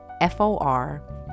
f-o-r